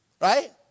right